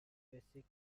basic